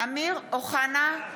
אמיר אוחנה,